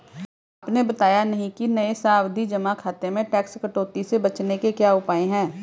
आपने बताया नहीं कि नये सावधि जमा खाते में टैक्स कटौती से बचने के क्या उपाय है?